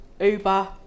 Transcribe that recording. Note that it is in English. Uber